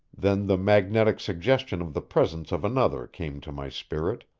then the magnetic suggestion of the presence of another came to my spirit,